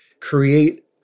create